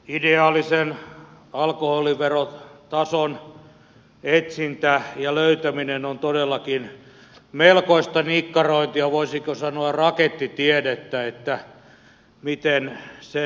ideaalisen alkoholiverotason etsintä ja löytäminen on todellakin melkoista nikkarointia voisiko sanoa rakettitiedettä että miten sen löytäisi